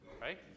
right